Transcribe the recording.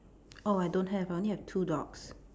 oh I don't have I only have two dogs